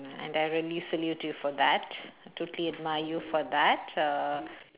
and I really salute you for that totally admire you for that uh